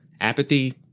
Apathy